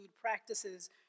practices